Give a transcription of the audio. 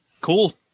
Cool